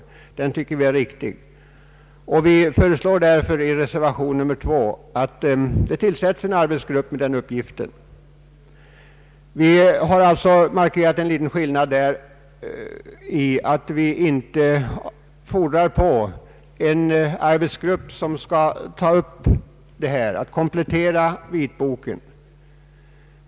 Vi tycker att detta är riktigt och vi föreslår därför i reservationen 2 att det tillsättes en arbetsgrupp med denna uppgift. Vi har alltså markerat en liten skillnad genom att vi inte påfordrar en arbetsgrupp som nu skall ta upp frågan om allmän granskning av atompolitiken och komplettera vitboken.